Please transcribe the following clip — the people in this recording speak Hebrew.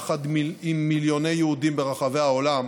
יחד עם מיליוני יהודים ברחבי העולם,